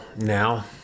Now